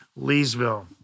Leesville